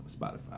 spotify